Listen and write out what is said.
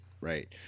right